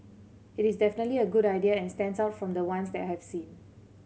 it is definitely a good idea and stands out from the ones that I have seen